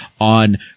on